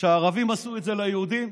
שערבים עשו את זה ליהודים,